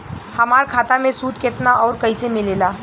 हमार खाता मे सूद केतना आउर कैसे मिलेला?